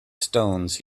stones